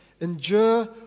endure